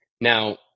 Now